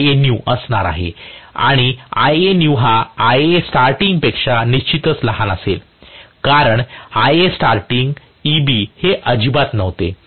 आणि Ia new हा Ia starting पेक्षा निश्चितच लहान असेल कारण Ia starting Eb हे अजिबात नव्हते